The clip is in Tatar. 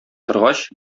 торгач